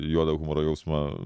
juodo humoro jausmą